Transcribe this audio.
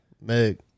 Meg